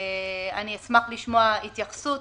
אני אשמח לשמוע התייחסות,